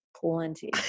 plenty